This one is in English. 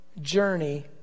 journey